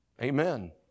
Amen